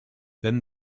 then